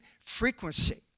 frequency